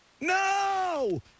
No